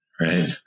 Right